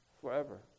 Forever